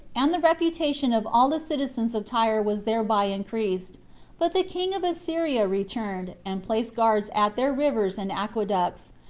and the reputation of all the citizens of tyre was thereby increased but the king of assyria returned, and placed guards at their rivers and aqueducts,